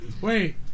wait